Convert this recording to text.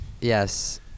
Yes